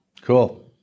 Cool